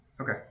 okay